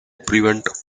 prevent